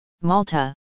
Malta